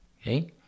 okay